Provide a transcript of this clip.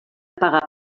pagar